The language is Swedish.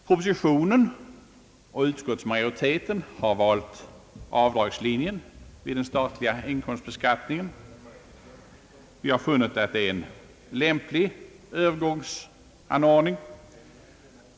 Propositionen och utskottsmajoriteten har valt linjen med avdrag vid den statliga inkomstbeskattningen; vi har funnit att det är en lämplig översångsanordning.